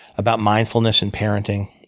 about mindfulness and parenting.